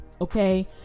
Okay